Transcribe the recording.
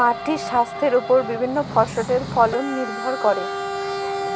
মাটির স্বাইস্থ্যের উপর বিভিল্য ফসলের ফলল লির্ভর ক্যরে